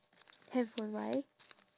handphone why